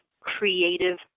creative